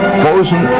frozen